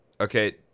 Okay